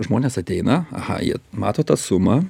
žmonės ateina aha jie mato tą sumą